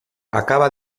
acaba